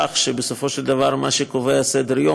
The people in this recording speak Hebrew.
מכך שבסופו של דבר מה שקובע את סדר-היום,